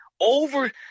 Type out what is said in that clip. over